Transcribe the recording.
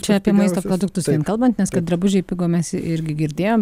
čia apie maisto produktus vien kalbant nes kad drabužiai pigo mes irgi girdėjom